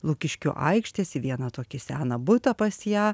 lukiškių aikštės į vieną tokį seną butą pas ją